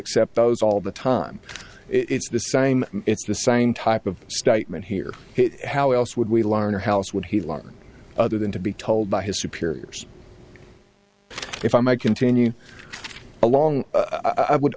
accept those all the time it's the same it's the same type of statement here how else would we learn or house would he learn other than to be told by his superiors if i might continue along i would